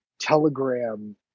telegram